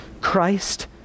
Christ